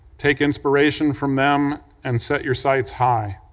take inspiration from them and set your sights high.